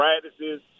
practices